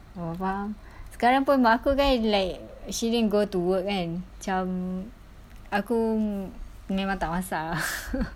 oh faham sekarang pun mak aku kan like she didn't go to work kan macam aku memang tak masak